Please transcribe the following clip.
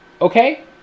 Okay